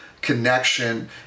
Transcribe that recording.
connection